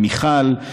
מיכל,